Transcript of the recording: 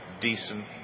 decent